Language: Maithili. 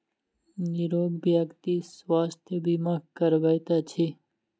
निरोग व्यक्ति स्वास्थ्य बीमा करबैत अछि